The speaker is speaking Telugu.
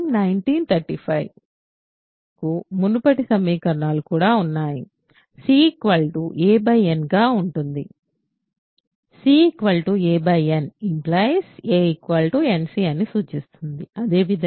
ఇప్పుడు మనకు మునుపటి సమీకరణాలు కూడా ఉన్నాయి c a n గా ఉంటుంది c a n a nc అని సూచిస్తుంది